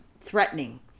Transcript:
threatening